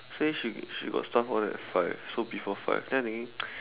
say she got stuff all that at five so before five then I thinking